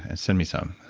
and send me some.